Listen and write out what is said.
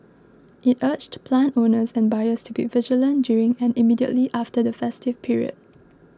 it urged plant owners and buyers to be vigilant during and immediately after the festive period